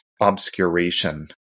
obscuration